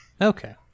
okay